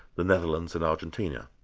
the netherlands and argentina.